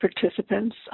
participants